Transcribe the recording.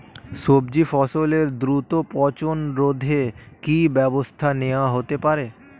সবজি ফসলের দ্রুত পচন রোধে কি ব্যবস্থা নেয়া হতে পারে?